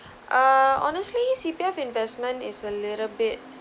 ah honestly C_P_F investment is a little bit